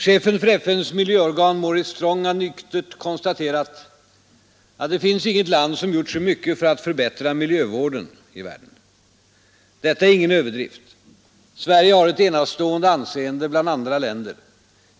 Chefen för FN:s miljöorgan, Maurice Strong, har nyktert konstaterat: ”Det finns inget land som gjort så mycket för att förbättra miljövården i världen. Detta är ingen överdrift. Sverige har ett enastående anseende bland andra länder.